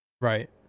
Right